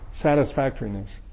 satisfactoriness